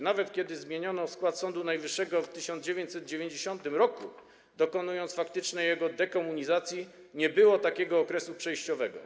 Nawet kiedy zmieniano skład Sądu Najwyższego w 1990 r., dokonując faktycznej jego dekomunizacji, nie było takiego okresu przejściowego.